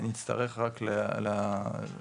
נצטרך רק להסתפק